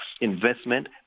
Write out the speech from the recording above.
investment